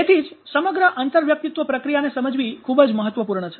તેથી જ સમગ્ર આંતરવ્યક્તિત્વ પ્રક્રિયાને સમજવી ખૂબ જ મહત્વપૂર્ણ છે